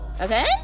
Okay